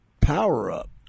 power-up